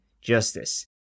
justice